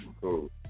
cool